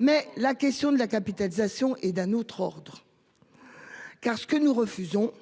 Mais notre critique de la capitalisation est d'un autre ordre. Car ce que nous refusons,